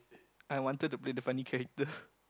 I wanted to play the funny character